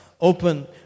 open